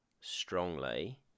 strongly